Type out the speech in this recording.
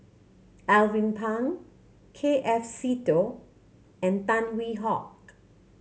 Alvin Pang K F Seetoh and Tan Hwee Hock